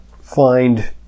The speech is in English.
find